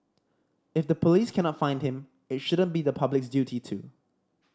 if the police cannot find him it shouldn't be the public's duty to